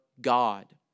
God